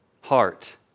heart